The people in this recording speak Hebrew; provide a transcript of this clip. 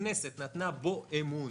שהכנסת נתנה בו אמון,